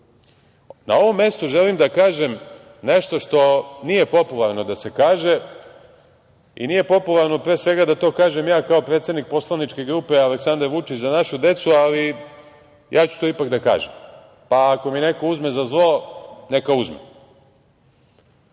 ovom mestu želim da kažem nešto što nije popularno da se kaže i nije popularno pre svega da to kažem ja kao predsednik Poslaničke grupe Aleksandar Vučić – Za našu decu, ali ja ću to ipak da kažem, pa ako mi neko uzme za zlo, neka uzme.